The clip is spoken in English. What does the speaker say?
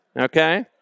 okay